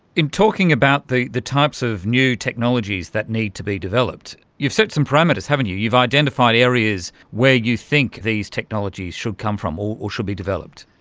in talking about the the types of new technologies that need to be developed, you've set some parameters, haven't you, you've identified areas where you think these technologies should come from or or should be developed.